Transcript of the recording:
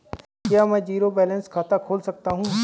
क्या मैं zero balance खाता खोल सकता हूँ?